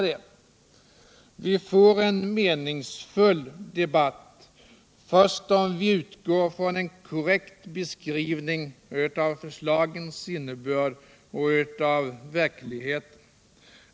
Vi får en meningsfull debatt först om vi utgår från en korrekt beskrivning av förslagens innebörd och av verkligheten.